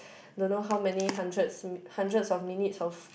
don't know how many hundreds hundreds of minutes of